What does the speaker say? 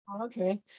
okay